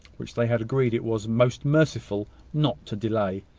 which they had agreed it was most merciful not to delay.